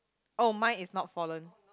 oh mine is not fallen